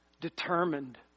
determined